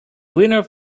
winner